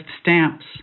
stamps